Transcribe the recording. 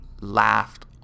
laughed